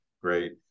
Great